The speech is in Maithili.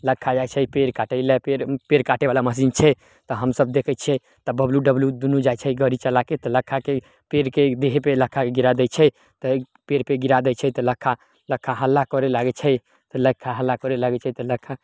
लक्खा जाइ छै पेड़ काटै लए पेड़ पेड़ काटयवला मशीन छै तऽ हमसब देखै छियै तब बब्लू डब्लू दुन्नू जाइ छै गड़ी चलाके तऽ लक्खाके पेड़के देहे पे लक्खाके गिरा दै छै पेड़ पे गिरा दै छै तऽ लक्खा लक्खा हल्ला करए लागै छै लक्खा हल्ला करए लागै छै तऽ लक्खा